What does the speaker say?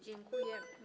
Dziękuję.